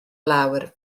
lawr